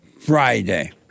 Friday